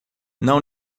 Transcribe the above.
não